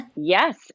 Yes